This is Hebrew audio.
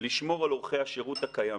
לשמור על אורכי השירות הקיימים.